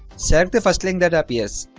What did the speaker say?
so the first link that appears